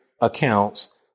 accounts